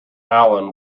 alan